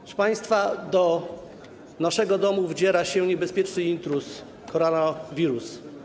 Proszę państwa, do naszego domu wdziera się niebezpieczny intruz, koronawirus.